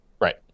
Right